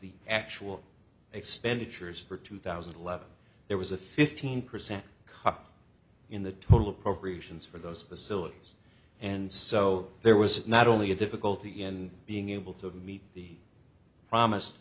the actual expenditures for two thousand and eleven there was a fifteen percent cut in the total appropriations for those facilities and so there was not only a difficulty in being able to meet the promised